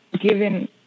given